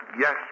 yes